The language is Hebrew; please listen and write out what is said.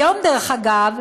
היום, דרך אגב,